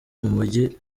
umujyi